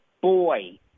Boy